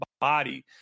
body